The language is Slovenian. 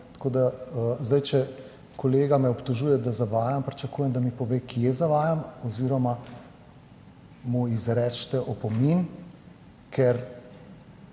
tako da, zdaj če kolega me obtožuje, da zavajam pričakujem, da mi pove kje zavajam oziroma mu izrečete opomin. Ker